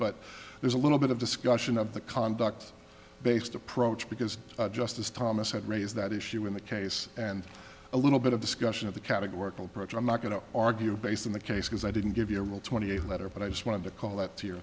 but there's a little bit of discussion of the conduct based approach because justice thomas had raised that issue in the case and a little bit of discussion of the categorical approach i'm not going to argue based on the case because i didn't give you a rule twenty eight letter but i just wanted to call that to your